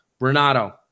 Renato